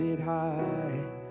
high